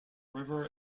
river